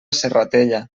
serratella